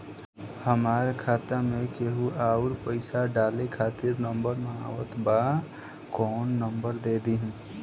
हमार खाता मे केहु आउर पैसा डाले खातिर नंबर मांगत् बा कौन नंबर दे दिही?